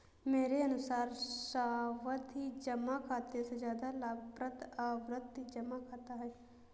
मेरे अनुसार सावधि जमा खाते से ज्यादा लाभप्रद आवर्ती जमा खाता है